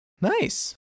Nice